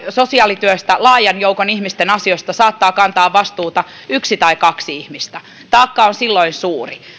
sosiaalityössä laajan joukon ihmisten asioista saattaa kantaa vastuuta yksi tai kaksi ihmistä taakka on silloin suuri